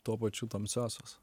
tuo pačiu tamsiosios